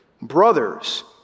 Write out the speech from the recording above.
Brothers